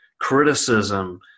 Criticism